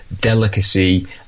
delicacy